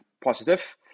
positive